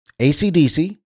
ACDC